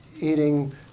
eating